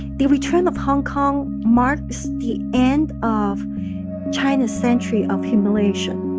the return of hong kong marks the end of china's century of humiliation.